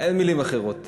אין מילים אחרות.